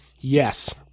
Yes